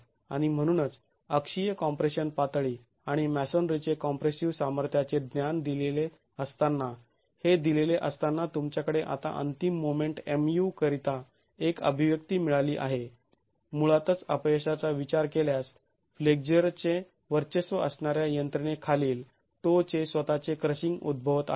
आणि म्हणूनच अक्षीय कॉम्प्रेशन पातळी आणि मॅसोनरीचे कॉम्प्रेसिव सामर्थ्याचे ज्ञान दिलेले असताना हे दिलेले असताना तुमच्याकडे आता अंतिम मोमेंट Mu करिता एक अभिव्यक्ती मिळाली आहे मुळात अपयशाचा विचार केल्यास फ्लेक्झरचे वर्चस्व असणाऱ्या यंत्रणे खालील टो चे स्वतःचे क्रशिंग उद्भवत आहे